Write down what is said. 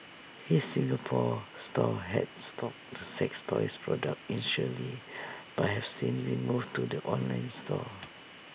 his Singapore store had stocked the sex toys products initially but have since been moved to the online store